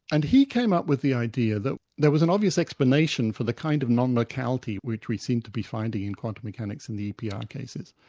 and he came up with the idea that there was an obvious explanation for the kind of non-locality which we seem to be finding in quantum mechanics in the epi ah cases.